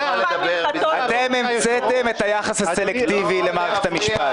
אתם המצאתם את היחס הסלקטיבי למערכת המשפט.